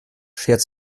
schert